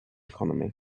economy